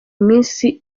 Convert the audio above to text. minsi